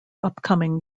upcoming